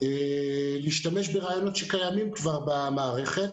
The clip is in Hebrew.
אני רוצה להציע להשתמש ברעיונות שקיימים כבר במערכת,